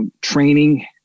training